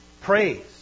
praise